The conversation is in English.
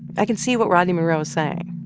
i can see what rodney monroe was saying.